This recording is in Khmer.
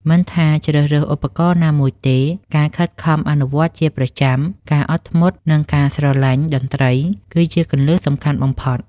មិនថាជ្រើសរើសឧបករណ៍ណាមួយទេ ការខិតខំអនុវត្តជាប្រចាំ ការអត់ធ្មត់ និងការស្រឡាញ់តន្ត្រី គឺជាគន្លឹះសំខាន់បំផុត